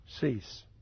cease